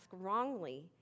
wrongly